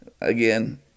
again